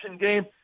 game